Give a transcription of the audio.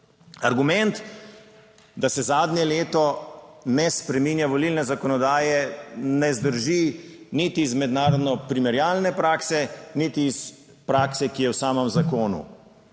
Argument, da se zadnje leto ne spreminja volilne zakonodaje, ne zdrži niti iz mednarodno primerjalne prakse niti iz prakse, ki je v samem zakonu